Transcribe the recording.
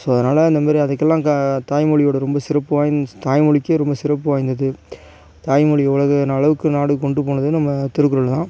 so அதனால் அந்தமாரி அதுக்கெல்லாம் க தாய்மொழியோடய ரொம்ப சிறப்பு வாய் தாய்மொழிக்கே ரொம்ப சிறப்பு வாய்ந்தது தாய்மொழி உலக ந அளவுக்கு நாடுக்கு கொண்டுட்டு போனது நம்ம திருக்குறள் தான்